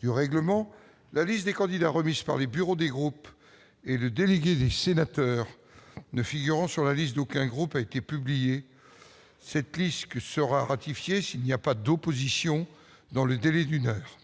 du règlement, la liste des candidats remise par les bureaux des groupes et le délégué des sénateurs ne figurant sur la liste d'aucun groupe a été publiée. Cette liste sera ratifiée s'il n'y a pas d'opposition dans le délai d'une heure.